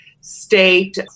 state